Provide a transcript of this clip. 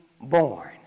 born